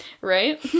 Right